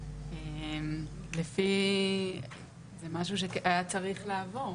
זה משהו שהיה צריך לעבור.